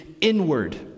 inward